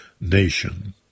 nation